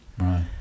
right